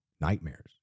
nightmares